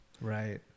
right